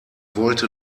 wollte